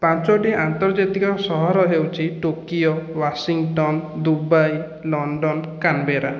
ପାଞ୍ଚୋଟି ଆନ୍ତର୍ଜାତିକ ସହର ହେଉଛି Tokyo Washington Dubai London Canberra